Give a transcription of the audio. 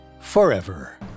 forever